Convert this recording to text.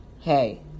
hey